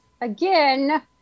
Again